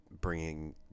bringing